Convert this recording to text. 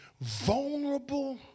vulnerable